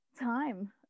time